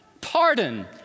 pardon